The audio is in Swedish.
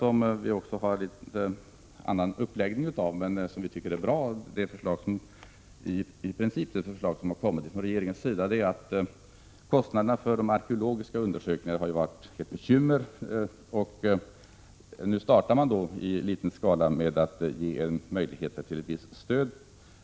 När det gäller kostnaderna för de arkeologiska undersökningarna anser vi att regeringens förslag i princip är bra, men vi har en något annan åsikt om uppläggningen. Dessa kostnader har varit ett bekymmer. Nu startar man i liten skala genom att ge möjligheter till ett visst stöd.